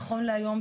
נכון להיום,